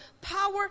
power